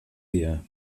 dia